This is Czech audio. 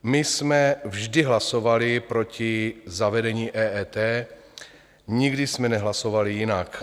My jsme vždy hlasovali proti zavedení EET, nikdy jsme nehlasovali jinak.